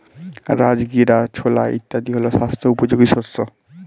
রাজগীরা, ছোলা ইত্যাদি হল স্বাস্থ্য উপযোগী শস্য